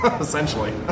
essentially